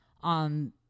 on